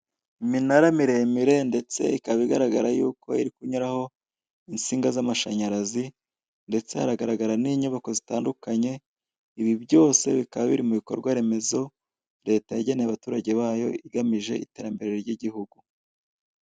Iminara miremire ndetse ikaba igaragara yuko iri kunyuraho insinga z'amashanyarazi ndetse haragaragara n'inyubako zitandukanye, ibi byose bikaba biri mu bikorwaremezo leta yageneye abaturage bayo igamije iterambere ry'igihugu.